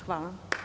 Hvala.